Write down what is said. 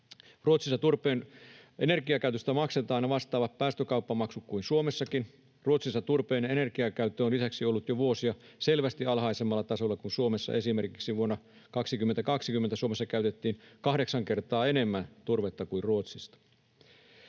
Ruotsissa turpeen energiakäytöstä maksetaan vastaavat päästökauppamaksut kuin Suomessakin. Ruotsissa turpeen energiakäyttö on lisäksi ollut jo vuosia selvästi alhaisemmalla tasolla kuin Suomessa. Esimerkiksi vuonna 2020 Suomessa käytettiin kahdeksan kertaa enemmän turvetta kuin Ruotsissa.